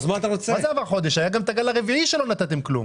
היה את הגל הרביעי שלא נתתם כלום.